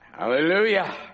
Hallelujah